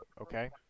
okay